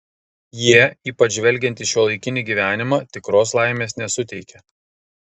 jie ypač žvelgiant į šiuolaikinį gyvenimą tikros laimės nesuteikia